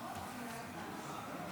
מתנגדים.